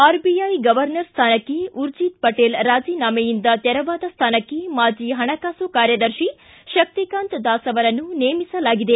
RBI governor ಸ್ಥಾನಕ್ಕೆ ಉರ್ಜಿತ್ ಪಟೇಲ್ ರಾಜೀನಾಮೆಯಿಂದ ತೆರವಾದ ಸ್ಥಾನಕ್ಕೆ ಮಾಜಿ ಹಣಕಾಸು ಕಾರ್ಯದರ್ಶಿ ಶಕ್ತಿಕಾಂತ್ ದಾಸ್ ಅವರನ್ನು ನೇಮಿಸಲಾಗಿದೆ